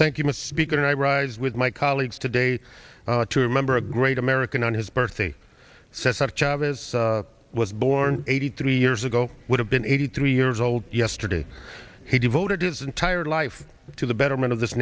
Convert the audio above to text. thank you must be going to iraq as with my colleagues today to remember a great american on his birthday says that chavez was born eighty three years ago would have been eighty three years old yesterday he devoted his entire life to the betterment of this